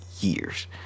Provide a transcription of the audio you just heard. years